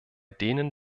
denen